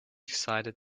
decided